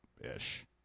ish